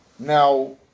Now